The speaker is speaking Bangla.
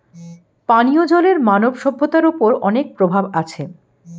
পানিও জলের মানব সভ্যতার ওপর অনেক প্রভাব আছে